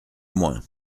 moins